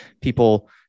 people